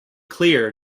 clear